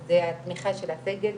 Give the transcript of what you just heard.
זה התמיכה של הסגל,